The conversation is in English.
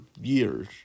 years